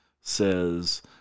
says